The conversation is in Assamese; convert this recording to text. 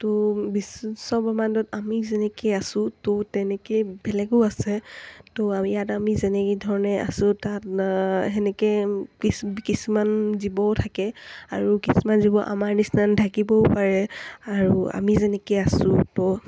ত' বিশ্বব্ৰক্ষ্মাণ্ডত আমি যেনেকৈ আছোঁ ত' তেনেকেই বেলেগো আছে ত' ইয়াত আমি যেনেকৈ ধৰণে আছোঁ তাত তেনেকৈ কিছু কিছুমান জীৱও থাকে আৰু কিছুমান জীৱ আমাৰ নিচিনা নাথাকিবও পাৰে আৰু আমি যেনেকৈ আছোঁ ত'